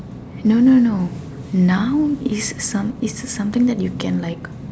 no no no noun is some is something that you can like